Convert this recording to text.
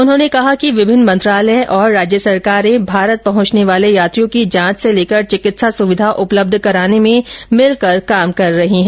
उन्होंने कहा कि विभिन्न मंत्रालय और राज्य सरकारें भारत पहुंचने वाले यात्रियों की जांच से लेकर चिकित्सा सुविधा उपलब्ध कराने में मिलकर काम कर रही हैं